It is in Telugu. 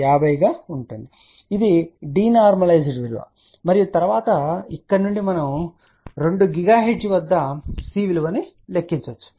36 50 గా ఉంటుంది ఇది డీనార్మలైస్డ్ విలువ మరియు తరువాత ఇక్కడ నుండి మనము 2 GHz వద్ద C విలువ ను లెక్కించవచ్చు